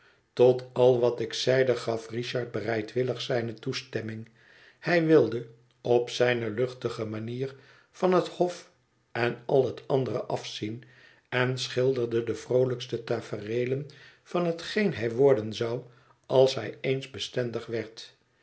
tot al wat ik zeide gaf richard bereidwillig zijne toestemming hij wilde op zijne luchtige manier van het hof en al het andere afzien en schilderde de vroolijkste tafereelen van hetgeen hij worden zou als hij eens bestendig werd